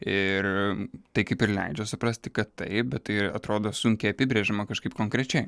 ir tai kaip ir leidžia suprasti kad taip bet tai atrodo sunkiai apibrėžiama kažkaip konkrečiai